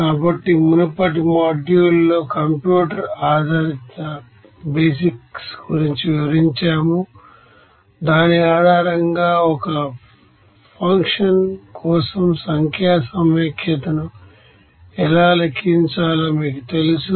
కాబట్టి మునుపటి మాడ్యూల్లో కంప్యూటర్ బేసిక్స్ గురించి వివరించాము దాని ఆధారంగా ఒక ఫంక్షన్ కోసం న్యూమరికల్ ఇంటెగ్రేషన్ ను ఎలా లెక్కించాలో మీకు తెలుసు